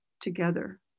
together